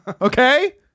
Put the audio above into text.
Okay